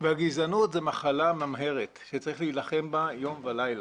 והגזענות זו מחלה ממארת שצריך להילחם בה יום ולילה.